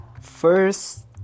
first